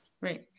Right